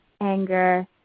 anger